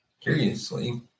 Curiously